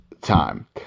time